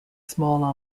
small